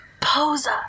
Posa